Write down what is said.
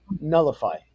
nullify